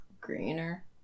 Greener